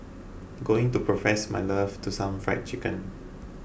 going to profess my love to some Fried Chicken